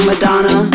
Madonna